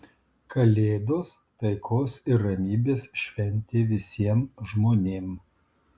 kalėdos taikos ir ramybės šventė visiem žmonėm